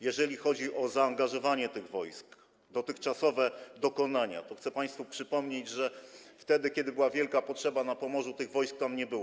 Jeżeli chodzi o zaangażowanie tych wojsk, dotychczasowe dokonania, to chcę państwu przypomnieć, że wtedy kiedy była wielka potrzeba na Pomorzu, tych wojsk tam nie było.